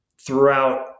throughout